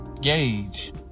Gauge